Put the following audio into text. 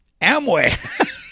Amway